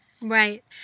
right